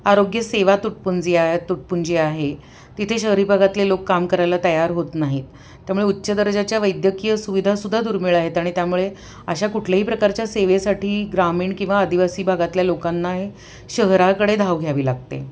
आरोग्यसेवा तुटपुंजी आहे तुटपुंजी आहे तिथे शहरी भागातले लोक काम करायला तयार होत नाहीत त्यामुळे उच्च दर्जाच्या वैद्यकीय सुविधा सुद्धा दुर्मिळ आहेत आणि त्यामुळे अशा कुठल्याही प्रकारच्या सेवेसाठी ग्रामीण किंवा आदिवासी भागातल्या लोकांना हे शहराकडे धाव घ्यावी लागते